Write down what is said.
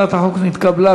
נתקבל.